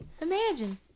Imagine